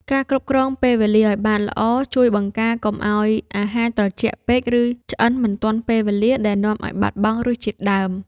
ការគ្រប់គ្រងពេលវេលាឱ្យបានល្អ ជួយបង្ការកុំឱ្យអាហារត្រជាក់ពេក ឬឆ្អិនមិនទាន់ពេលវេលាដែលនាំឱ្យបាត់បង់រសជាតិដើម។